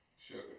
Sugar